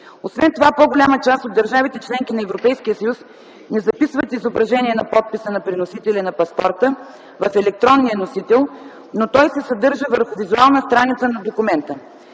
Освен това по-голяма част от държавите – членки на Европейския съюз, не записват изображение на подписа на приносителя на паспорта в електронния носител, но той се съдържа върху визуална страница на документа.